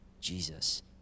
Jesus